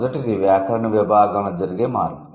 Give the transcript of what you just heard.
మొదటిది వ్యాకరణ విభాగంలో జరిగే మార్పు